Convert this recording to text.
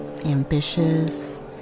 ambitious